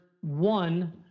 one